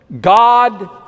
God